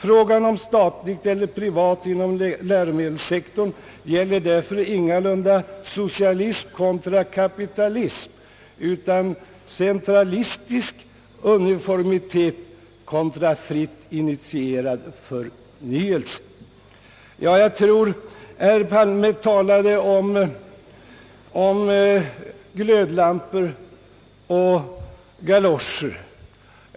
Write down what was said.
Frågan om statligt eller privat inom läromedelssektorn gäller därför ingalunda socia lism kontra kapitalism —...— utan centralistisk uniformitet kontra initierad förnyelse.» Herr Palme talade om glödlampor och galoscher.